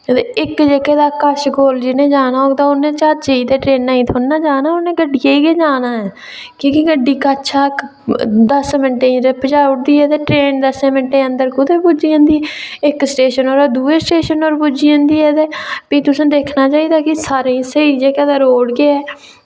ते इक ते जेह्का कश कोल जिनें जाना ते उन्ने ज्हाजै ते ट्रेनां ई थोह्ड़े निं जाना उनें गड्डियै ई जाना ऐ कि के गड्डी कशा दस मिंट्ट च पजाई ओड़दी ते ट्रेन दस्स मिंट्ट च कु'त्थें पुज्जी जंदी इक स्टेशन परा दूए स्टेशन उप्पर पुज्जी जदी ऐ ते भी तुसें दिक्खना चाहिदा कि सारें स्हेई जेह्के तां रोड़ गै